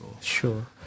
sure